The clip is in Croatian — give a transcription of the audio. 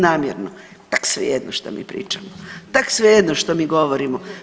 Namjerno, tak svejedno što mi pričamo, tak svejedno što mi govorimo.